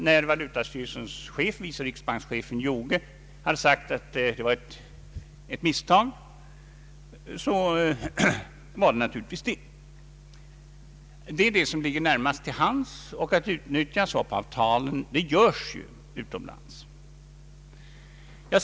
När valutastyrelsens chef, vice riksbankschefen Joge har sagt att det var ett misstag, är det naturligtvis så. Det som ligger närmast till hands är att utnyttja swap-avtalen, och utomlands gör man också det.